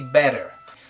better